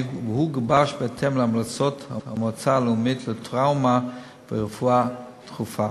והוא גובש בהתאם להמלצות המועצה הלאומית לטראומה ורפואה דחופה.